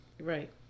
Right